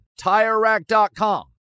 TireRack.com